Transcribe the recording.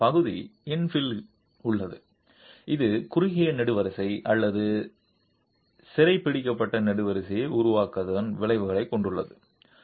மீண்டும் பகுதி இன்ஃபில் உள்ளது ஒரு குறுகிய நெடுவரிசை அல்லது சிறைப்பிடிக்கப்பட்ட நெடுவரிசையை உருவாக்குவதன் விளைவையும் கொண்டுள்ளது